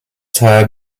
tire